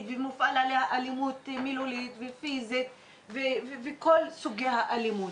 ומופעלת עליה אלימות מילולית ופיזית וכל סוגי האלימות.